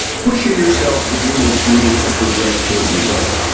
pushing yourself to do what's needed to progress toward your goal.